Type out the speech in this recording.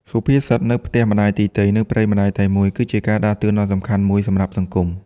សុភាសិត "នៅផ្ទះម្ដាយទីទៃ នៅព្រៃម្ដាយតែមួយ" គឺជាការដាស់តឿនដ៏សំខាន់មួយសម្រាប់សង្គម។